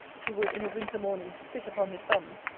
he would in a winter-morning spit upon his thumbs,